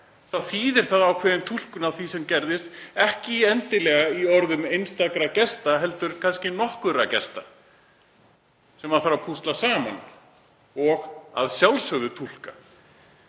það að það er ákveðin túlkun á því sem gerðist, ekki endilega á orðum einstakra gesta heldur kannski nokkurra gesta, sem maður þarf að púsla saman og að sjálfsögðu túlka.